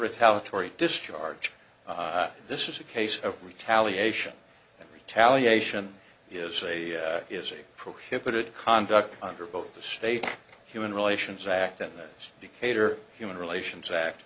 retaliatory discharge this is a case of retaliation retaliation is a is a prohibited conduct under both the state human relations act and there's decatur human relations act